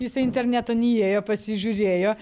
jisai internetan įėjo pasižiūrėjo